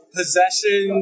possession